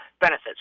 benefits